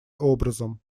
образом